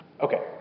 Okay